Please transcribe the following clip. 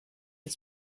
and